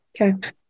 Okay